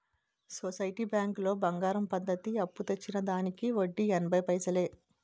society బ్యాంకులో బంగారం పద్ధతి అప్పు తెచ్చిన దానికి వడ్డీ ఎనభై పైసలే